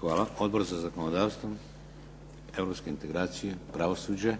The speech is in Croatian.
Hvala. Odbor za zakonodavstvo? Europske integracije? Pravosuđe?